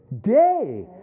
Day